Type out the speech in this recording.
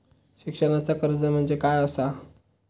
शिक्षणाचा कर्ज म्हणजे काय असा?